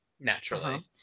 Naturally